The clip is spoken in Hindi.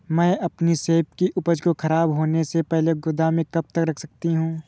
मैं अपनी सेब की उपज को ख़राब होने से पहले गोदाम में कब तक रख सकती हूँ?